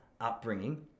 upbringing